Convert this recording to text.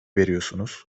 veriyorsunuz